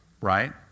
right